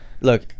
Look